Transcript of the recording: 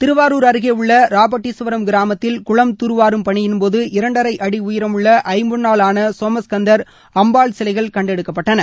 திருவாரூர் அருகே உள்ள ராபட்டிஸ்வரம் கிராமத்தில் குளம் தூர்வாரும் பணியின்போது இரண்டரை அடி உயரமுள்ள ஐம்பொன்னால் ஆன சோமஸ்கந்தர் அம்பாள் சிலைகள் கண்டெடுக்கப்பட்டன